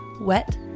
wet